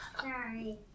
Sorry